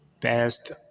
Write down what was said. best